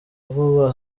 vuba